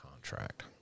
contract